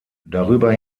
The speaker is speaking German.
darüber